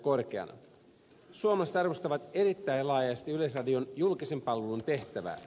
suomalaiset arvostavat erittäin laajasti yleisradion julkisen palvelun tehtävää